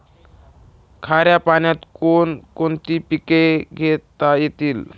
खाऱ्या पाण्यात कोण कोणती पिके घेता येतील?